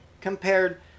compared